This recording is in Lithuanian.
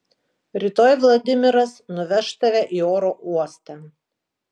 rytoj vladimiras nuveš tave į oro uostą